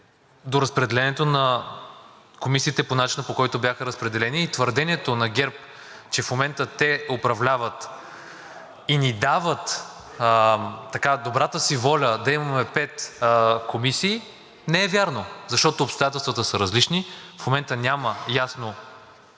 до разпределението на комисиите по начина, по който бяха разпределени. И твърдението на ГЕРБ, че в момента те управляват и ни дават добрата си воля да имаме пет комисии, не е вярно, защото обстоятелствата са различни. В момента няма ясно